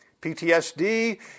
PTSD